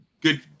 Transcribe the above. good